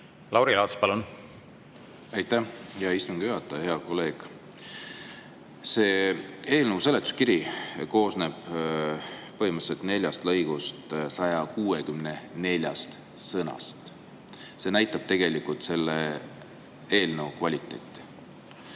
komisjonis? Aitäh, hea istungi juhataja! Hea kolleeg! Eelnõu seletuskiri koosneb põhimõtteliselt neljast lõigust, 164 sõnast. See näitab tegelikult selle eelnõu kvaliteeti.